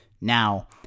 Now